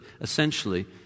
essentially